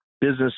business